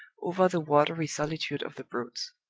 over the watery solitude of the broads.